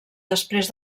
després